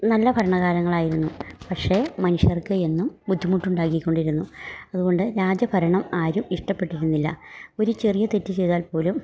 നല്ല ഭരണകാലങ്ങളായിരുന്നു പക്ഷേ മനുഷ്യർക്ക് എന്നും ബുദ്ധിമുട്ടുണ്ടാക്കിക്കൊണ്ടിരുന്നു അതുകൊണ്ട് രാജ്യ ഭരണം ആരും ഇഷ്ടപ്പെട്ടിരുന്നില്ല ഒര് ചെറിയ തെറ്റ് ചെയ്താൽ പോലും